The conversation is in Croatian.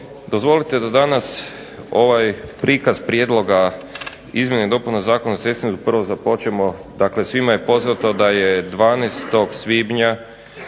Dozvolite da danas ovaj prikaz prijedloga izmjena i dopuna Zakona o sestrinstvu prvo započnemo. Dakle, svima je poznato da je 12. svibnja